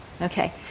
Okay